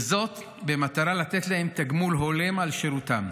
וזאת במטרה לתת להם תגמול הולם על שירותם.